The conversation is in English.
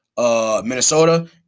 Minnesota